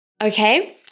Okay